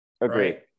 Agree